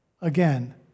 Again